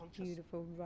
Beautiful